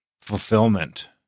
fulfillment